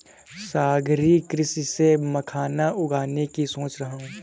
सागरीय कृषि से मखाना उगाने की सोच रहा हूं